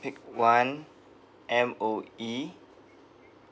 pic one M_O_E